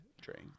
drink